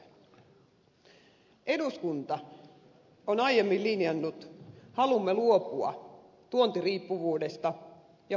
eduskunta on aiemmin linjannut halumme luopua tuontiriippuvuudesta ja fossiilisista polttoaineista